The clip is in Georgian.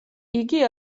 იგი